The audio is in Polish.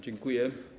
Dziękuję.